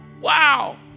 Wow